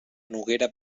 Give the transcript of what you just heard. noguera